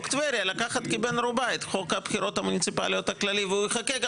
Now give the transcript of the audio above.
טבריה לקחת כבן ערובה את חוק הבחירות המוניציפלי הכללי והוא יחכה גם